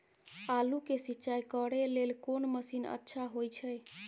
आलू के सिंचाई करे लेल कोन मसीन अच्छा होय छै?